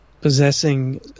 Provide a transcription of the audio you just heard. possessing